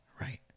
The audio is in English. right